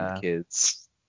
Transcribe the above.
kids